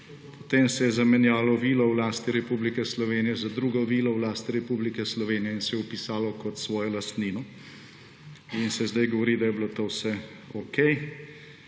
potem se je zamenjalo vilo v lasti Republike Slovenije za drugo vilo v lasti Republike Slovenije, se jo vpisalo kot svojo lastnino in se sedaj govori, da je bilo to vse okej,